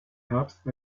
herbst